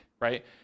right